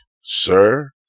sir